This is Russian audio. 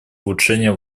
улучшения